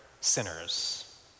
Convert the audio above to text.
sinners